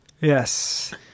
Yes